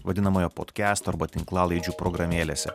vadinamojo podkesto arba tinklalaidžių programėlėse